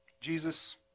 Jesus